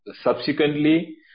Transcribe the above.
subsequently